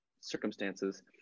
circumstances